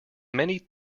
many